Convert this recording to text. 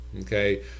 Okay